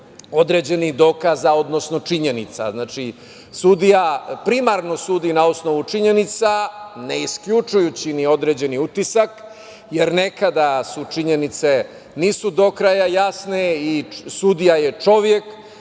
određenih dokaza, odnosno činjenica. Znači, sudija primarno sudi na osnovu činjenica, ne isključujući ni određeni utisak, jer nekada činjenicu nisu do kraja jasne, i sudija je čovek,